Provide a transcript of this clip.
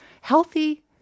healthy